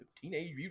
Teenage